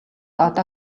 одоо